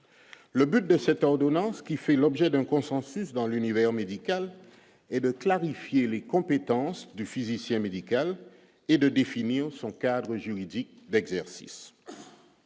le but de cette ordonnance, qui fait l'objet d'un consensus dans l'univers médical et de clarifier les compétences du physicien médical et de définir son cadre juridique d'exercice